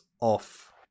off